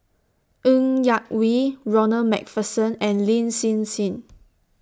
Ng Yak Whee Ronald MacPherson and Lin Hsin Hsin